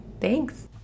Thanks